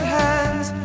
hands